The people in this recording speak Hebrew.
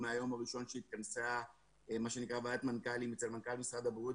מהיום הראשון שהתכנסה ועדת המנכ"לים אצל מנכ"ל משרד הבריאות,